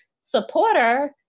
supporter